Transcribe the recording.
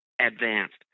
advanced